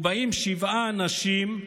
ובאים שבעה אנשים"